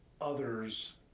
others